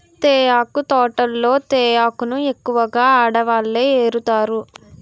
తేయాకు తోటల్లో తేయాకును ఎక్కువగా ఆడవాళ్ళే ఏరుతారు